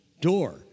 door